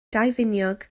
daufiniog